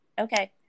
Okay